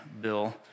Bill